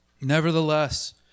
Nevertheless